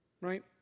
right